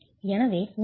எனவே உங்களிடம் 0